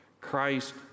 Christ